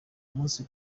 umunsi